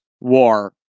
war